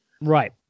Right